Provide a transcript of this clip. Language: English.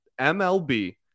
MLB